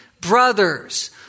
brothers